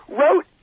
wrote